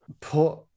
put